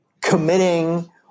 committing